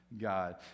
God